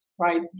right